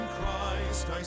Christ